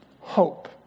Hope